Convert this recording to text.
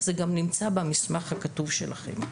זה גם נמצא במסמך הכתוב שלכם,